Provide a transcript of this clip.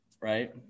Right